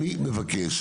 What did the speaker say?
אני מבקש,